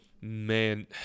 man